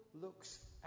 looks